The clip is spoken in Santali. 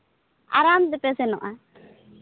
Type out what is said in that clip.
ᱟᱨᱟᱢ ᱛᱮᱯᱮ ᱥᱮᱱᱚᱜᱼᱟ